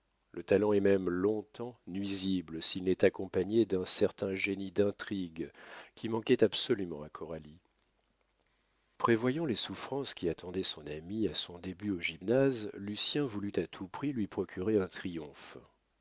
le talent est même long-temps nuisible s'il n'est accompagné d'un certain génie d'intrigue qui manquait absolument à coralie prévoyant les souffrances qui attendaient son amie à son début au gymnase lucien voulut à tout prix lui procurer un triomphe